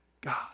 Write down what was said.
God